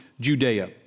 Judea